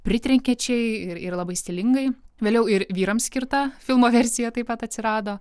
pritrenkiančiai ir ir labai stilingai vėliau ir vyrams skirta filmo versija taip pat atsirado